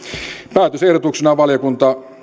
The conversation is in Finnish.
päätösehdotuksenaan valiokunta